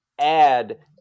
add